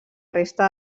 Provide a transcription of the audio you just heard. resta